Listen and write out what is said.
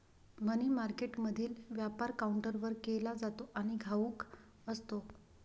मनी मार्केटमधील व्यापार काउंटरवर केला जातो आणि घाऊक असतो